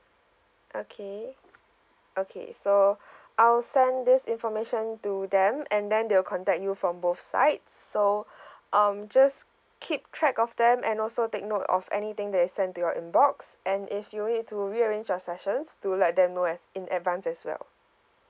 okay okay so I'll send this information to them and then they will contact you from both sides so um just keep track of them and also take note of anything that is sent to your inbox and if you need to rearrange your sessions do let them know as in advance as well